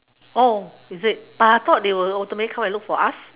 oh is it but I thought they will automatically come and look for us